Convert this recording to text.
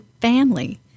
family